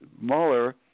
Mueller